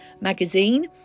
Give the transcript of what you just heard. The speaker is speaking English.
magazine